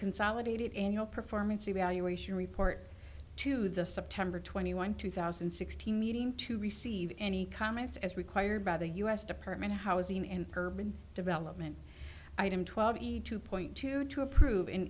consolidated in your performance evaluation report to the september twenty one two thousand and sixteen meeting to receive any comments as required by the u s department of housing and urban development item twelve two point two two approve